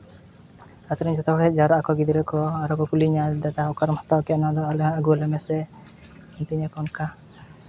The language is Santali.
ᱟᱹᱛᱩ ᱨᱮᱱ ᱡᱚᱛᱚ ᱦᱚᱲᱜᱮ ᱦᱮᱡ ᱡᱟᱣᱨᱟᱜ ᱟᱠᱚ ᱜᱤᱫᱽᱨᱟᱹ ᱠᱚ ᱟᱨᱠᱚ ᱠᱩᱞᱤᱧᱟ ᱫᱟᱫᱟ ᱚᱠᱟ ᱨᱮᱢ ᱦᱟᱛᱟᱣ ᱠᱮᱜᱼᱟ ᱱᱚᱣᱟ ᱫᱚ ᱟᱞᱮ ᱦᱚᱸ ᱟᱹᱜᱩᱣᱟᱞᱮ ᱢᱮᱥᱮ ᱢᱤᱛᱟᱹᱧ ᱟᱠᱚ ᱚᱱᱠᱟ